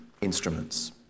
instruments